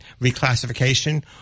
reclassification